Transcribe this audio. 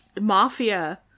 mafia